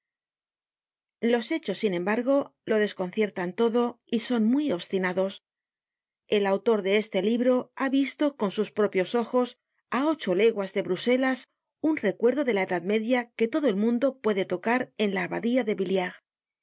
los hechos sin embargo lo desconciertan todo y son muy obstinados el autor de este libro ha visto con sus propios ojos á ocho leguas de bruselas un recuerdo de la edad media que todo el mundo puede tocar en la abadía de